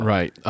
Right